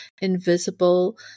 invisible